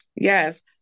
Yes